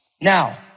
Now